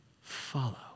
follow